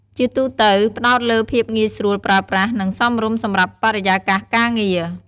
ជាទូទៅផ្តោតលើភាពងាយស្រួលប្រើប្រាស់ និងសមរម្យសម្រាប់បរិយាកាសការងារ។